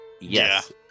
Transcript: Yes